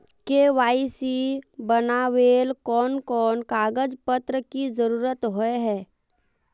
KYC बनावेल कोन कोन कागज पत्र की जरूरत होय है?